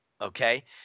okay